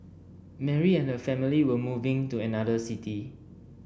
Mary and her family were moving to another city